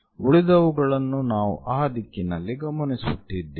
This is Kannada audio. ಉಳಿದವುಗಳನ್ನು ನಾವು ಆ ದಿಕ್ಕಿನಲ್ಲಿ ಗಮನಿಸುತ್ತಿದ್ದೇವೆ